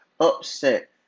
upset